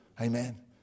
Amen